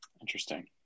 Interesting